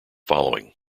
following